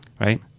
Right